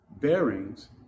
bearings